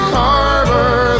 harbor